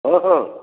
ହଁ ହଁ